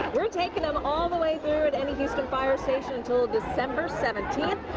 we're taking them all the way through to any houston fire station until december seventeenth.